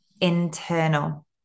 internal